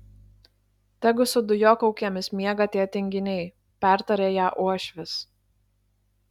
tegu su dujokaukėmis miega tie tinginiai pertarė ją uošvis